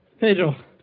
Pedro